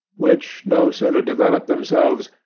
which no sooner developed themselves,